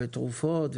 ותרופות,